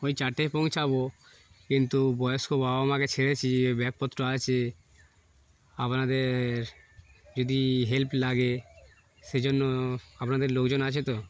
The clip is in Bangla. ওই চারটায় পৌঁছাবো কিন্তু বয়স্ক বাবা মাকে ছেড়েছি ব্যাগপত্র আছে আপনাদের যদি হেল্প লাগে সেই জন্য আপনাদের লোকজন আছে তো